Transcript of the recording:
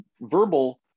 verbal